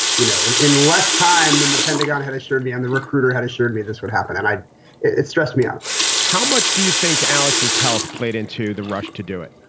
you know, in in less time than the pentagon had assured me and the recruiter had assured me this would happen, and i it stress me out how much do you think alex's health played into the rush to do it?